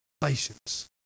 patience